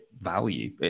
value